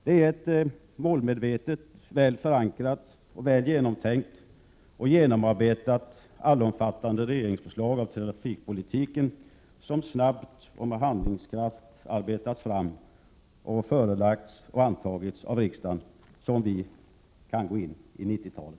Det är med ett målmedvetet och väl förankrat, genomtänkt och genomarbetat, allomfattande regeringsförslag om trafikpolitiken som arbetats fram snabbt och med handlingskraft och som förelagts och antagits av riksdagen, som vi kan gå in i 90-talet.